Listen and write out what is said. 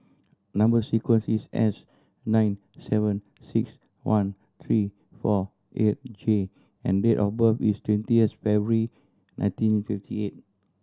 number sequence is S nine seven six one three four eight J and date of birth is twentieth February nineteen fifty eight